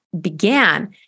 began